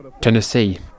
Tennessee